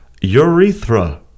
urethra